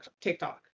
TikTok